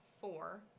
four